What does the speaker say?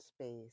space